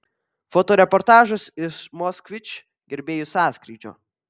fotoreportažas iš moskvič gerbėjų sąskrydžio